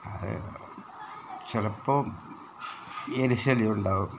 അത് ചിലപ്പം എലി ശല്യം ഉണ്ടാകും